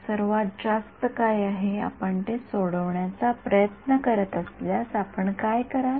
सर्वात जास्त काय आहे आपण ते सोडवण्याचा प्रयत्न करीत असल्यास आपण काय कराल